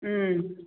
ம்